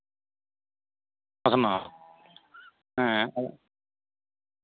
ᱯᱟᱥᱱᱟᱣ ᱦᱮᱸ